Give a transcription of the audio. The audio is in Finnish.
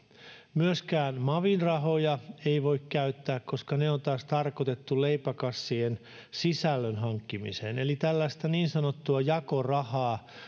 myöskään mavin rahoja ei voi käyttää koska ne on taas tarkoitettu leipäkassien sisällön hankkimiseen eli tällaista niin sanottua jakorahaa